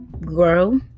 grow